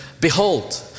Behold